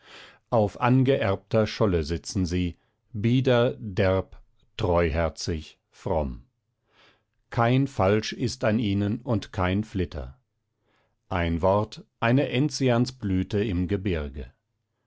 auf angeerbter scholle sitzen sie derb treuherzig fromm kein falsch ist an ihnen und kein flitter ihr wort eine enzianblüte im gebirge